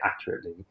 accurately